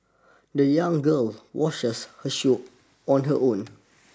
the young girl washed her shoes on her own